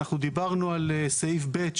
דיברנו על סעיף (ב)